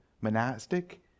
monastic